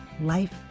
life